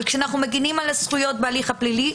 אבל כשאנו מגנים על הזכויות בהליך הפלילי,